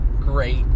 great